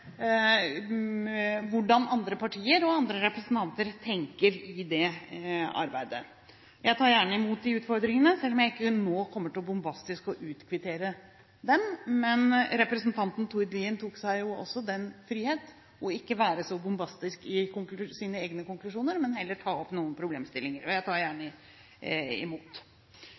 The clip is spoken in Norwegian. hvordan andre partier og andre representanter tenker i det arbeidet. Jeg tar gjerne imot de utfordringene, selv om jeg ikke nå bombastisk kommer til å utkvittere dem. Representanten Tord Lien tok seg også den frihet ikke å være så bombastisk i sine egne konklusjoner, men heller ta opp noen problemstillinger – og jeg tar gjerne imot.